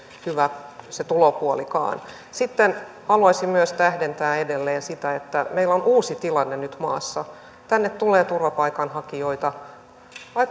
hyvä se tulopuolikaan sitten haluaisin myös tähdentää edelleen sitä että meillä on uusi tilanne nyt maassa tänne tulee turvapaikanhakijoita